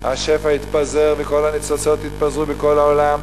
השפע התפזר וכל הניצוצות התפזרו בכל העולם,